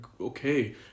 Okay